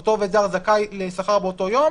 אותו עובד זר זכאי לשכר באותו יום,